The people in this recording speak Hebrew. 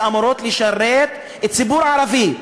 שאמורות לשרת את הציבור הערבי,